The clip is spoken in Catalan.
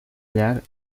llar